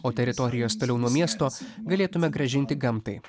o teritorijas toliau nuo miesto galėtume grąžinti gamtai